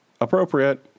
appropriate